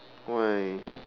why